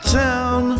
town